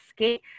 okay